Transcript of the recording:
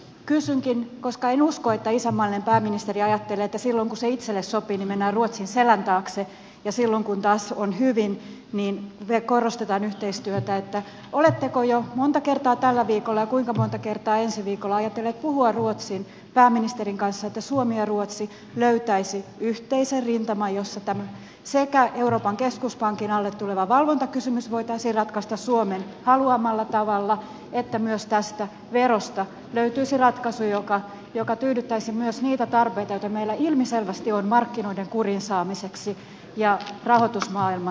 kysynkin koska en usko että isänmaallinen pääministeri ajattelee että silloin kun se itselle sopii mennään ruotsin selän taakse ja silloin kun taas on hyvin korostetaan yhteistyötä oletteko jo monta kertaa tällä viikolla ja kuinka monta kertaa ensi viikolla ajatellut puhua ruotsin pääministerin kanssa jotta suomi ja ruotsi löytäisivät yhteisen rintaman jossa sekä euroopan keskuspankin alle tuleva valvontakysymys voitaisiin ratkaista suomen haluamalla tavalla että myös tästä verosta löytyisi ratkaisu joka tyydyttäisi myös niitä tarpeita joita meillä ilmiselvästi on markkinoiden kuriin saamiseksi ja rahoitusmaailman järkeistämiseksi